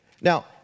Now